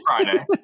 Friday